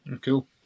Cool